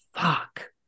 fuck